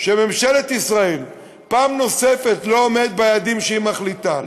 שממשלת ישראל פעם נוספת לא עומדת ביעדים שהיא מחליטה,